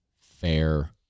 fair